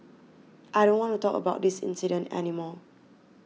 I don't want to talk about this incident any more